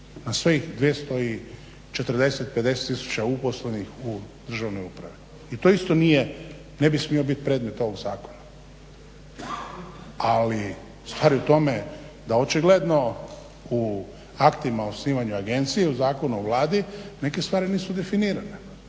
na sve ih 240, 50 tisuća uposlenih u državnoj upravi. I to isto ne bi smio biti predmet ovog zakona. Ali stvar je u tome da očigledno u aktima o osnivanju agencije u Zakonu o Vladi neke stvari nisu definirane.